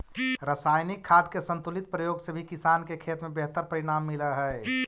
रसायनिक खाद के संतुलित प्रयोग से भी किसान के खेत में बेहतर परिणाम मिलऽ हई